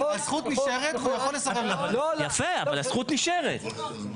ההצעה מדברת על כך שאפשר יהיה להשתמש בתוכנית הזאת להכשרת עבירות בנייה,